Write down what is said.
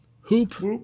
Hoop